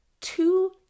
two